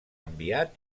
enviat